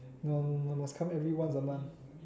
no no must come here every once a month